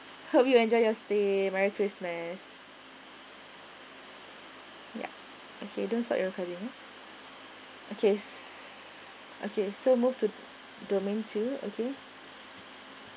hope you enjoy your stay merry christmas yup okay don't start your carving ya okay okay so move to domain two okay